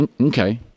Okay